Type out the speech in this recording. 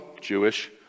Jewish